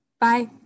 Bye